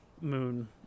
moon